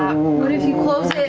i mean what if you close